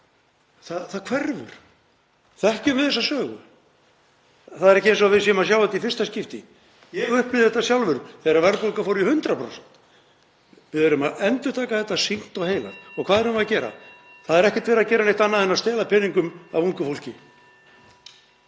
hverfur. Þekkjum við þessa sögu? Það er ekki eins og við séum að sjá þetta í fyrsta skipti. Ég upplifði þetta sjálfur þegar verðbólgan fór í 100%. Við erum að endurtaka þetta sýknt og heilagt. (Forseti hringir.) Og hvað erum við að gera? Það er ekki verið að gera neitt annað en að stela peningum af ungu fólki.